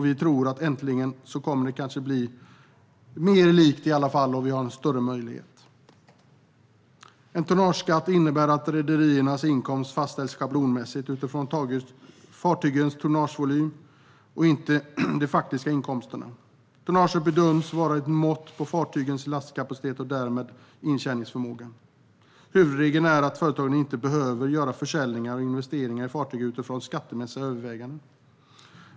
Vi tror att det hela nu äntligen kommer att bli åtminstone mer likartat och att vi har en större möjlighet. En tonnageskatt innebär att rederiernas inkomst fastställs schablonmässigt utifrån fartygens tonnagevolym och inte de faktiska inkomsterna. Tonnaget bedöms vara ett mått på fartygens lastkapacitet och därmed deras intjäningsförmåga. Huvudregeln är att företaget inte behöver göra försäljningar och investeringar i fartyg utifrån skattemässiga överväganden.